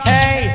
Hey